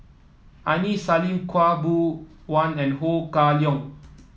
Aini Salim Khaw Boon Wan and Ho Kah Leong